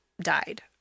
died